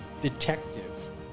detective